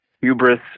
hubris